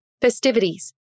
festivities